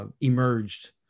Emerged